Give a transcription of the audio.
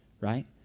right